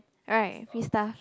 right free stuff